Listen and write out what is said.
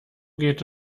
geht